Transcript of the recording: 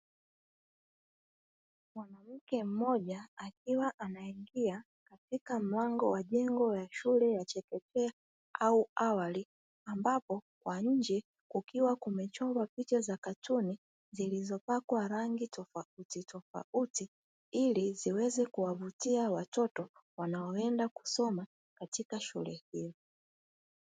Mwanamke mmoja akiwa anaingia katika mlango wa jengo la shule ya chekechea au awali, ambapo kwa nje kukiwa kumechorwa picha za katuni zilizopakwa rangi tofauti tofauti ili ziweze kuwavutia watoto wanao enda kusoma katika shule hiyo.